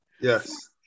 Yes